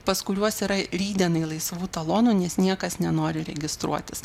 pas kuriuos yra rytdienai laisvų talonų nes niekas nenori registruotis